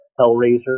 Hellraiser